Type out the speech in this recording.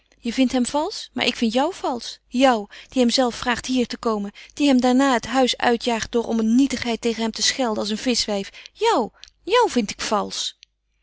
je vindt hem valsch maar ik vind jou valsch jou die hem zelf vraagt hier te komen die hem daarna het huis uitjaagt door om een nietigheid tegen hem te schelden als een vischwijf jou jou vind ik valsch